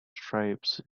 stripes